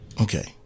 Okay